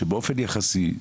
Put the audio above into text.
שבאופן יחסי,